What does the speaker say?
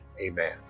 Amen